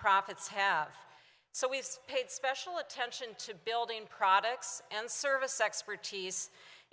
profits have so we've paid special attention to building products and service expertise